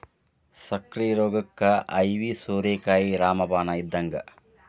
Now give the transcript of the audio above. ಸಕ್ಕ್ರಿ ರೋಗಕ್ಕ ಐವಿ ಸೋರೆಕಾಯಿ ರಾಮ ಬಾಣ ಇದ್ದಂಗ